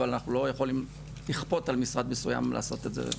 אבל אנחנו לא יכולים לכפות על משרד מסוים לעשות את זה.